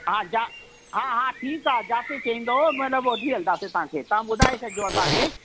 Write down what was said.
हा ज हा हा ठीकु आहे जाते चईंदव मतिलबु वठी हलदासीं तव्हांखे तव्हां ॿुधाए छॾिजो असांखे